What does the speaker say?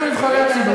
אנחנו נבחרי הציבור,